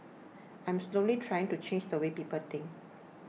I'm slowly trying to change the way people think